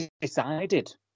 decided